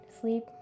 sleep